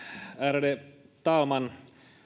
ärade talman